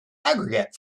aggregate